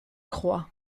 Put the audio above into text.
croix